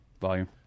Volume